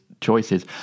choices